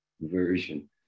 version